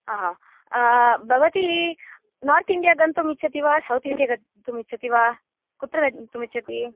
आ हा भवती नार्त् इण्डिया गन्तुं इच्छति वा सौत् इण्डिय गन्तुं इच्छति वा कुत्र गन्तुं इच्छति